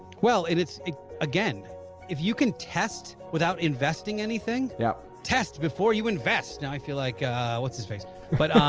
well it's again if you can test without investing anything, yeah test before you invest now i feel like what's-his-face but